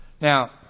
Now